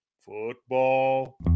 Football